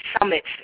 summits